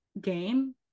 game